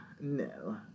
no